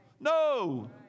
no